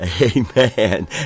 amen